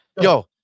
Yo